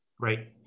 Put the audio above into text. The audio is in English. Right